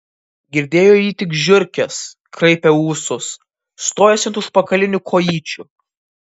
girdėjo jį tik žiurkės kraipė ūsus stojosi ant užpakalinių kojyčių